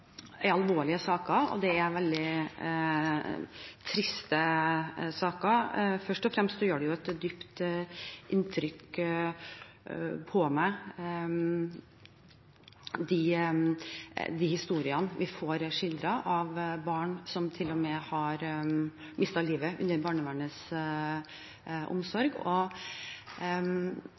er veldig triste saker. Først og fremst gjør det et dypt inntrykk på meg – historiene vi får skildret av barn som til og med har mistet livet under barnevernets omsorg.